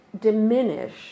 diminish